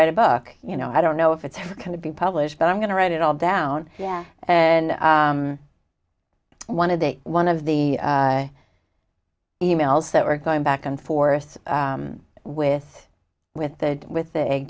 write a book you know i don't know if it's going to be published but i'm going to write it all down yeah and one of the one of the e mails that we're going back and forth with with the with the egg